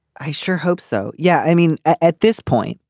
i sure hope so yeah i mean at this point.